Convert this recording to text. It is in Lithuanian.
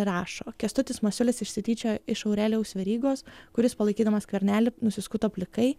rašo kęstutis masiulis išsityčiojo iš aurelijaus verygos kuris palaikydamas skvernelį nusiskuto plikai